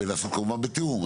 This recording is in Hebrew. כמובן בתיאום.